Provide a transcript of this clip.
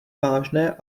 vážné